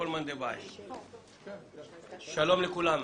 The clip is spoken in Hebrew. שלום לכולם,